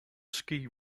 ski